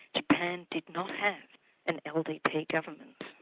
japan did not have an ldp government.